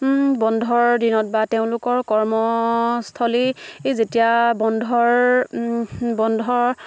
বন্ধৰ দিনত বা তেওঁলোকৰ কৰ্মস্থলী যেতিয়া বন্ধৰ